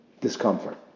discomfort